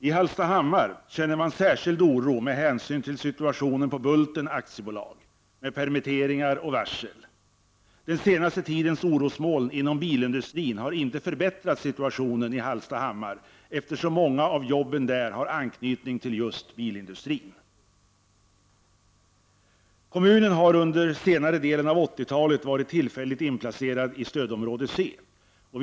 I Hallstahammar känner man särskild oro med hänsyn till situationen på Bulten AB, med permitteringar och varsel. Den senaste tidens orosmoln inom bilindustrin har inte förbättrat situationen, eftersom många jobb i Hallstahammar har anknytning till just bilindustrin. Kommunen har under senare delen av 1980-talet varit tillfälligt inplacerad i stödområde C.